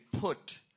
put